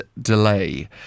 delay